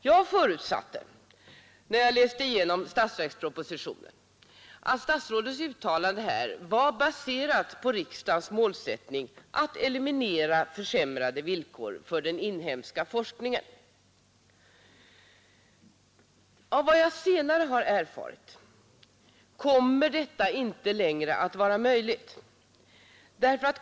Jag förutsatte när jag läste igenom statsverkspropositionen att statsrådets uttalande var baserat på riksdagens målsättning att eliminera försämrade villkor för den inhemska forskningen. Efter vad jag senare har erfarit kommer detta inte längre att vara möjligt.